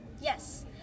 Yes